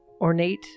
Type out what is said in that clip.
Ornate